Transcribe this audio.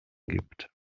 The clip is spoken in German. gibt